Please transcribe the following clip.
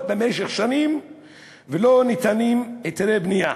במשך שנים ולא ניתנים היתרי בנייה.